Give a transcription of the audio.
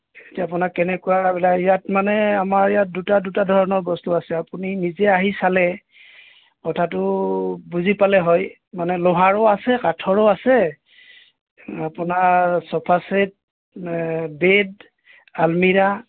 এতিয়া আপোনাক কেনেকুৱাবিলাক ইয়াত মানে আমাৰ ইয়াত দুটা দুটা ধৰণৰ বস্তু আছে আপুনি নিজেই আহি চালে কথাটো বুজি পালে হয় মানে লোহাৰো আছে কাঠৰো আছে আপোনাৰ চোফা চেট বেড আলমিৰা